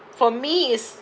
for me is